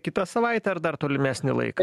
kitą savaitę dar tolimesnį laiką